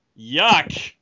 yuck